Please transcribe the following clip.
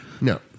No